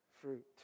fruit